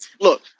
Look